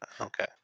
okay